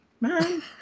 man